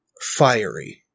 fiery